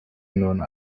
known